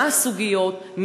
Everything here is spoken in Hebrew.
מה הסוגיות,